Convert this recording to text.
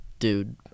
Dude